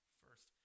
first